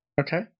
Okay